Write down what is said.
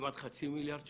כמעט חצי מיליארד ₪,